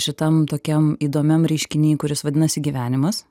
šitam tokiam įdomiam reiškiny kuris vadinasi gyvenimas